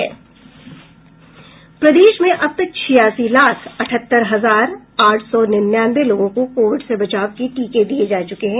प्रदेश में अब तक छियासी लाख अठहत्तर हजार आठ सौ निन्यानवे लोगों को कोविड से बचाव के टीके दिये जा चुके हैं